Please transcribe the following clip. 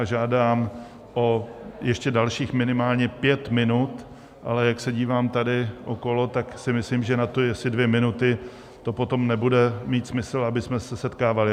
Žádám ještě o dalších minimálně pět minut, ale jak se dívám tady okolo, tak si myslím, že na to, jestli dvě minuty to potom nebude mít smysl, abychom se setkávali.